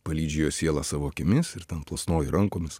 palydžiu jo sielą savo akimis ir ten plasnoju rankomis